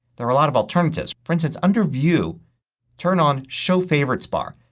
there are a lot of alternatives. for instance under view turn on show favorites bar.